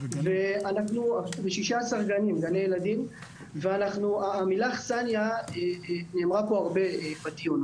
ו-16 גנים והמילה אכסנייה נאמרה פה הרבה בדיון.